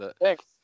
Thanks